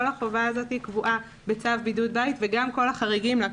כל החובה הזאת קבועה בצו בידוד בית וגם כל החריגים לה,